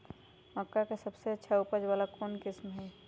मक्का के सबसे अच्छा उपज वाला कौन किस्म होई?